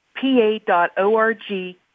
PA.org